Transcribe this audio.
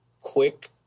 quick